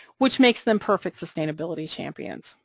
which makes them perfect sustainability champions,